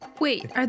Wait